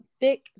thick